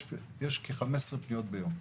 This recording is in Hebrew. יש כ-15 פניות ביום.